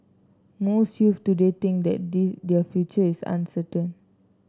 most youths today think that they their future is uncertain